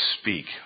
speak